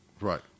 Right